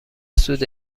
سود